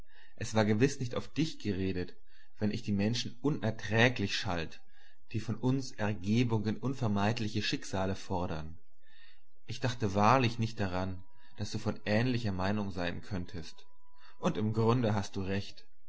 es war gewiß nicht auf dich geredet wenn ich die menschen unerträglich schalt die von uns ergebung in unvermeidliche schicksale fordern ich dachte wahrlich nicht daran daß du von ähnlicher meinung sein könntest und im grunde hast du recht